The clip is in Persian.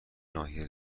ناحیه